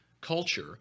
culture